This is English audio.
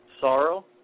sorrow